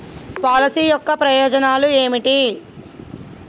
Policy యొక్క ప్రయోజనాలు ఏమిటి?